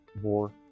more